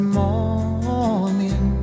morning